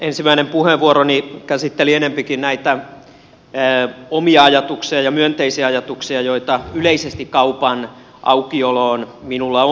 ensimmäinen puheenvuoroni käsitteli enempikin näitä omia ajatuksia ja myönteisiä ajatuksia joita yleisesti kaupan aukioloon minulla on